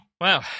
Wow